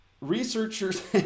Researchers